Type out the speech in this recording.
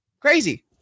crazy